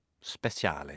Speciale